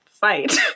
fight